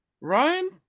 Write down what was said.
Ryan